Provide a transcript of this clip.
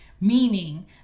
Meaning